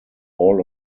all